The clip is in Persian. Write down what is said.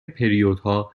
پریودها